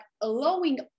allowing